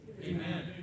Amen